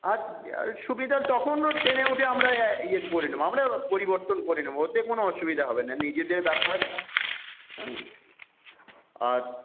আর সুবিধা তখন ট্রেনে উঠে আমরা ইয়ে করে নেব আমরা পরিবর্তন করে নেব ওতে কোনো অসুবিধা হবেনা নিজেদের ব্যাপার হ্যাঁ আর